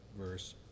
verse